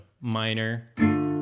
minor